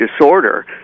disorder